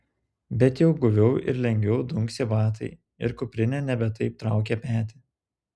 bet jau guviau ir lengviau dunksi batai ir kuprinė nebe taip traukia petį